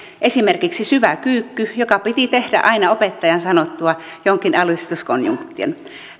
esimerkiksi syvä kyykky joka piti tehdä aina opettajan sanottua jonkin alistuskonjunktion